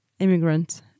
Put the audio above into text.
Immigrant